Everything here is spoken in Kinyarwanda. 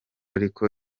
ariko